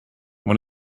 when